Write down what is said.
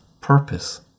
purpose